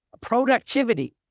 productivity